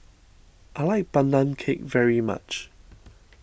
I like Pandan Cake very much